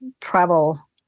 travel